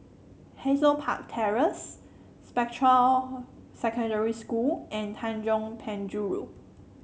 Hazel Park Terrace Spectra Secondary School and Tanjong Penjuru